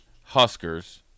Huskers –